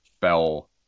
fell